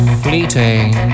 fleeting